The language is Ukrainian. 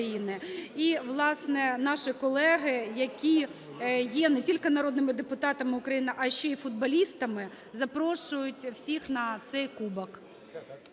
І, власне, наші колеги, які є не тільки народними депутатами України, а ще і футболістами, запрошують всіх на цей кубок.